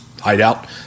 hideout